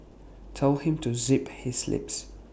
tell him to zip his lips